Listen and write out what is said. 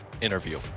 interview